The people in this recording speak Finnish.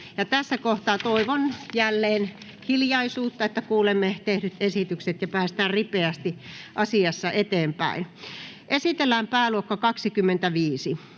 Tässä kohtaa toivon jälleen hiljaisuutta, jotta kuulemme tehdyt esitykset ja päästään ripeästi asiassa eteenpäin. Yleiskeskustelu